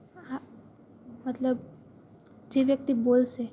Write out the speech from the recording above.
આ મતલબ જે વ્યક્તિ બોલશે